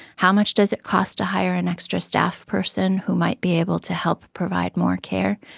how much does it cost to hire an extra staff person who might be able to help provide more care?